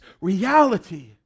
reality